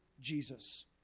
Jesus